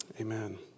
Amen